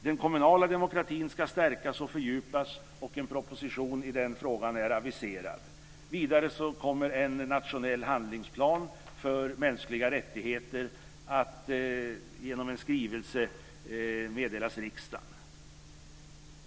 Den kommunala demokratin ska stärkas och fördjupas, och en proposition i den frågan är aviserad. - En nationell handlingsplan för mänskliga rättigheter kommer genom en skrivelse att meddelas riksdagen.